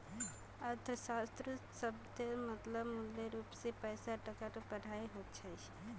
अर्थशाश्त्र शब्देर मतलब मूलरूप से पैसा टकार पढ़ाई होचे